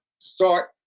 start